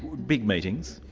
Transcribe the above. big meetings?